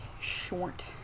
Short